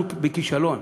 אנחנו בכישלון.